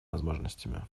возможностями